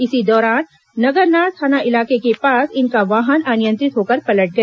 इसी दौरान नगरनार थाना इलाके के पास इनका वाहन अनियंत्रित होकर पलट गया